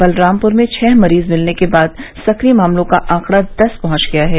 बलरामपुर में छः मरीज मिलने के बाद सक्रिय मामलों का आंकड़ा दस पहुंच गया है